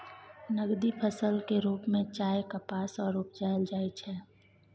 नकदी फसल के रूप में चाय, कपास आर उपजाएल जाइ छै